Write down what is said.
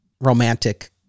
romantic